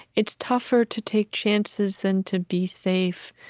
it's tougher to take chances than to be safe.